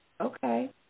Okay